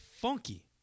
funky